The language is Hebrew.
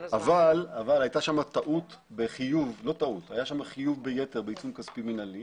היה שם חיוב ביתר בעיצום כספיים מנהליים,